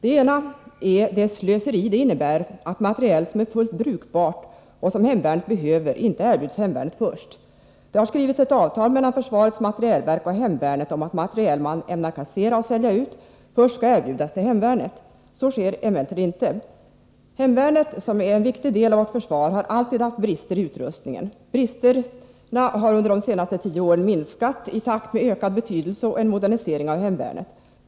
Den ena är det slöseri det innebär att materiel som är fullt brukbar och som hemvärnet behöver inte erbjuds hemvärnet först. Det har skrivits ett avtal mellan försvarets materielverk och hemvärnet om att materiel man ämnar kassera och sälja ut först skall erbjudas till hemvärnet. Så sker emellertid inte. Hemvärnet, som är en viktig del av vårt försvar, har alltid haft brister i utrustningen. Bristerna har under de senaste tio åren minskat i takt med hemvärnets ökade betydelse och en modernisering av hemvärnet.